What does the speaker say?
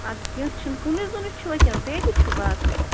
اَدٕ کیٚنٛہہ چھُنہٕ کُنٕے زُنٕے چھُوا کِنہٕ بیٚیہِ تہِ چھُو باقٕے